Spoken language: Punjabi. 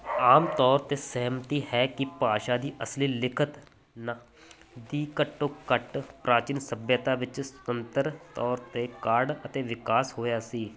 ਆਮ ਤੌਰ 'ਤੇ ਸਹਿਮਤੀ ਹੈ ਕਿ ਭਾਸ਼ਾ ਦੀ ਅਸਲੀ ਲਿਖਤ ਨਾ ਦੀ ਘੱਟੋ ਘੱਟ ਪ੍ਰਾਚੀਨ ਸੱਭਿਅਤਾ ਵਿੱਚ ਸੁਤੰਤਰ ਤੌਰ 'ਤੇ ਕਾਢ ਅਤੇ ਵਿਕਾਸ ਹੋਇਆ ਸੀ